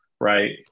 right